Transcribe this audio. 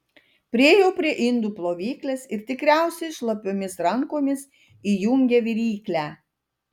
priėjo prie indų plovyklės ir tikriausiai šlapiomis rankomis įjungė viryklę